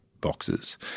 boxes